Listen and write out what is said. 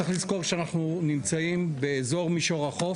צריך לזכור שאנחנו נמצאים באזור מישור החוף,